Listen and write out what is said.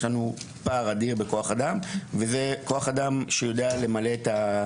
יש לנו פער אדיר בכוח אדם וזה כוח אדם שיודע לעשות זאת.